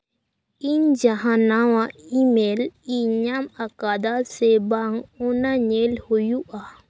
ᱤᱧ ᱡᱟᱦᱟᱸ ᱱᱟᱣᱟ ᱤᱢᱮᱹᱞᱤᱧ ᱧᱟᱢ ᱟᱠᱟᱫᱟ ᱥᱮ ᱵᱟᱝ ᱚᱱᱟ ᱧᱮᱞ ᱦᱩᱭᱩᱜᱼᱟ